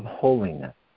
holiness